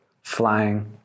flying